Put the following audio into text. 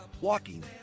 walking